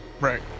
Right